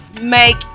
make